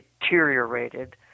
deteriorated